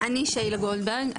אני שיילה גולדברג.